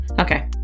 Okay